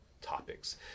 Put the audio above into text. topics